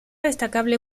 destacable